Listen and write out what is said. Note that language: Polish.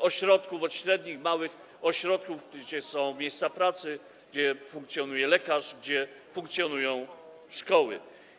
ośrodków, od średnich, małych ośrodków, gdzie są miejsca pracy, gdzie funkcjonuje lekarz, gdzie funkcjonują szkoły.